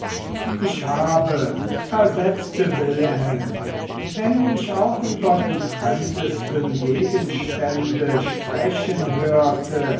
ich habe versetzte wilhelm wenn ich auch über die fremdesten gegenstände sprechen hörte